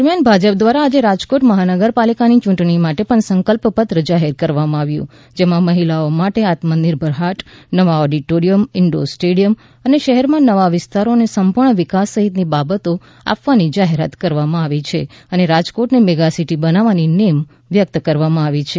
દરમિયાન ભાજપ દ્વારા આજે રાજકોટ મહાનગરપાલિકાની યૂંટણી માટે પણ સંકલ્પ પત્ર જાહેર કરવામાં આવ્યું જેમાં મહિલાઓ માટે આત્મનિર્ભર હાટ નવા ઓડિટોરિયમ ઇન્ડોર સ્ટેડિયમ શહેરમાં નવા વિસ્તારોને સંપૂર્ણ વિકાસ સહિતની બાબતો આપવાની જાહેરાત કરવામાં આવી છે અને રાજકોટને મેગાસિટી બનાવવાની નેમ વ્યક્ત કરવામાં આવી છે